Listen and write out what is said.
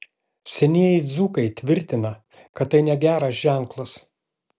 senieji dzūkai tvirtina kad tai negeras ženklas